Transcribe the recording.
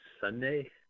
Sunday